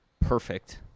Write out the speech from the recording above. perfect